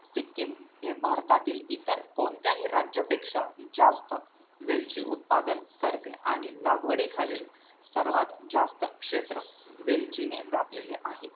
सिक्कीम हे भारतातील इतर कोनत्याही राज्यापेक्षा जास्त वेलची उत्पादन करते आणि लागवडीखालील सर्वात जास्त क्षेत्र वेलचीने व्यापलेले आहे